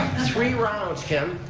three rounds, kim,